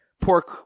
pork